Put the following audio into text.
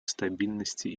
стабильности